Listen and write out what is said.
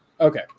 okay